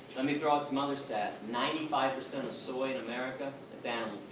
let me throw out some other stats ninety five percent of soy in america is and